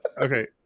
Okay